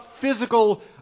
physical